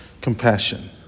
Compassion